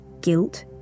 guilt